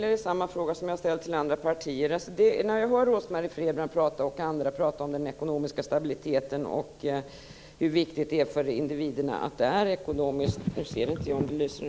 Jag har hört Rose-Marie Frebran och andra prata om hur viktigt det är för individerna med en ekonomisk stabilitet.